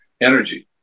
energy